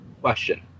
question